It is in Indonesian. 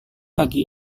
pagi